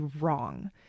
wrong